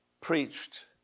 preached